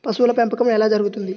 పశువుల పెంపకం ఎలా జరుగుతుంది?